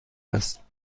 است